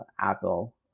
Apple